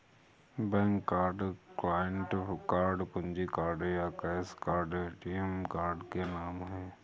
bank card, client card, कुंजी card या cash card ATM card के नाम है